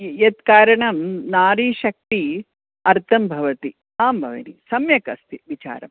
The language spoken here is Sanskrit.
यद् कारणं नारी शक्ति अर्थं भवति आम् भगिनि सम्यक् अस्ति विचारं